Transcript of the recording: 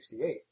1968